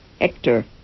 Hector